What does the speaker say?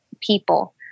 people